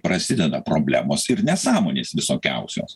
prasideda problemos ir nesąmonės visokiausios